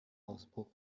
auspuff